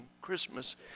Christmas